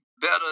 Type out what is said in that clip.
better